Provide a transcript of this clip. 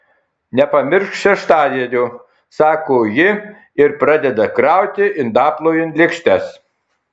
nepamiršk šeštadienio sako ji ir pradeda krauti indaplovėn lėkštes